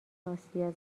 آسیا